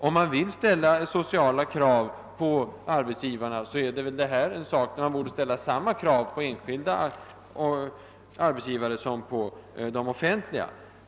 Om man vill ställa sociala krav på arbetsgivarna, är väl detta ett område där kraven borde vara desamma på enskilda arbetsgivare som på staten.